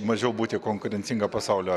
mažiau būti konkurencinga pasaulio